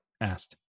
asked